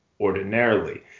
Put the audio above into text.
ordinarily